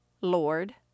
Lord